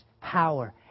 power